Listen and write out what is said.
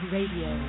Radio